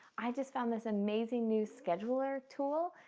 i just found this amazing new scheduler tool,